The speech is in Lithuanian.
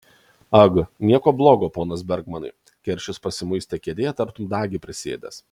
ag nieko blogo ponas bergmanai keršis pasimuistė kėdėje tartum dagį prisėdęs